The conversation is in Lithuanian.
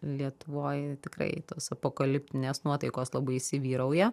lietuvoj tikrai tos apokaliptinės nuotaikos labai įsivyrauja